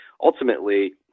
ultimately